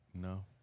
No